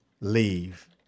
leave